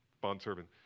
bondservant